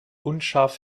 unscharf